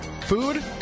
food